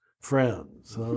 friends